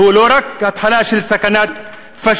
והוא לא רק התחלה של סכנת פאשיזם,